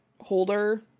holder